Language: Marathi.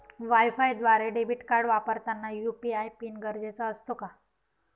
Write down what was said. वायफायद्वारे डेबिट कार्ड वापरताना यू.पी.आय पिन गरजेचा असतो का?